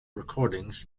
recordings